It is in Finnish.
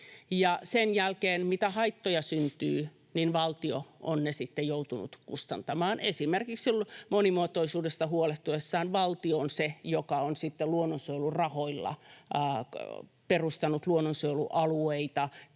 sen jälkeen, mitä haittoja syntyy, valtio on ne sitten joutunut kustantamaan. Esimerkiksi monimuotoisuudesta huolehtiessaan valtio on se, joka on sitten luonnonsuojelurahoilla perustanut luonnonsuojelualueita